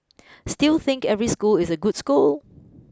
still think every school is a good school